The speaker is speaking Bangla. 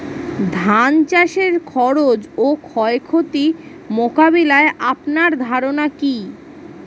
ধান চাষের খরচ ও ক্ষয়ক্ষতি মোকাবিলায় আপনার ধারণা কী?